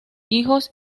hijos